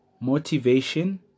Motivation